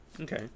Okay